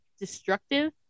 destructive